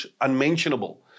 unmentionable